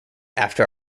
after